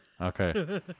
Okay